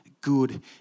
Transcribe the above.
good